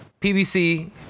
PBC